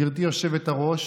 גברתי היושבת-ראש,